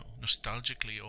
nostalgically